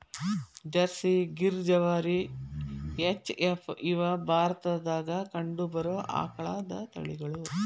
Jersey, Gir, ಜವಾರಿ, H F, ಇವ ಭಾರತದಾಗ ಕಂಡಬರು ಆಕಳದ ತಳಿಗಳು